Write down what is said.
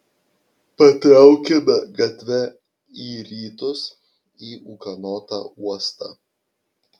patraukėme gatve į rytus į ūkanotą uostą